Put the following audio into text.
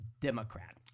Democrat